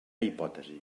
hipòtesi